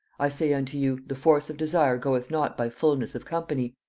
i say unto you, the force of desire goeth not by fulness of company.